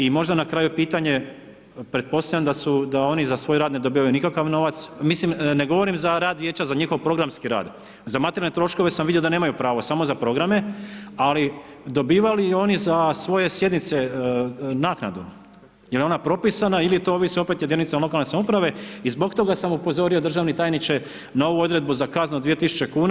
I možda na kraju pitanje, pretpostavljam da su, da oni za svoj rad ne dobivaju nikakav novac, mislim ne govorim za rad vijeća za njihov programski rad, za materijalne troškove sam vidio da nemaju pravo, samo za programe, ali dobivaju li oni za svoje sjednice naknadu, jel ona propisana ili to ovisi opet o jedinicama lokalne samouprave i zbog toga sam upozorio državni tajniče na ovu odredbu za kaznu od 2.000 kuna.